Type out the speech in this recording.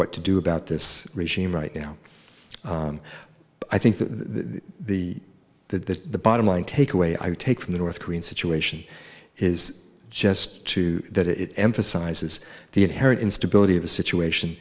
what to do about this regime right now and i think that the the bottom line takeaway i take from the north korean situation is just too that it emphasizes the inherent instability of a situation